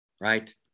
right